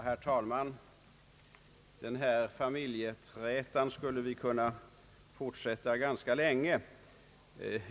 Herr talman! Den här familjeträtan skulle vi kunna fortsätta ganska länge.